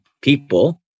people